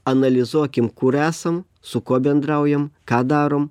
analizuokim kur esam su kuo bendraujam ką darom